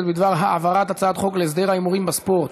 בדבר העברת הצעת חוק להסדר ההימורים בספורט